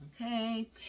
Okay